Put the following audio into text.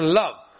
love